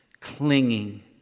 clinging